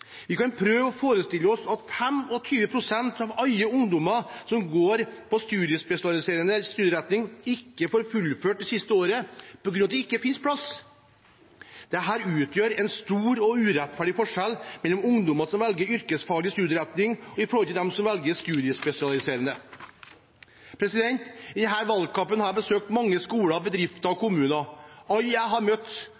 Vi kan prøve å forestille oss at 25 pst. av alle ungdommer som går på studiespesialiserende studieretning, ikke får fullført det siste året på grunn av at det ikke finnes plass. Dette utgjør en stor og urettferdig forskjell mellom ungdom som velger yrkesfaglig studieretning, og dem som velger studiespesialiserende. I denne valgkampen har jeg besøkt mange skoler, bedrifter og